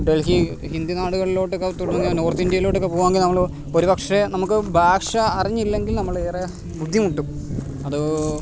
ഡൽഹി ഹിന്ദി നാടുകളിലോട്ടൊക്കെ തുടർന്ന് നോർത്ത് ഇന്ത്യയിലോട്ടൊക്കെ പോവുകയാണെങ്കിൽ നമ്മൾ ഒരുപക്ഷേ നമുക്ക് ഭാഷ അറിഞ്ഞില്ലെങ്കിൽ നമ്മൾ ഏറെ ബുദ്ധിമുട്ടും അത്